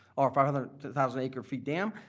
or five hundred thousand acre feet dam,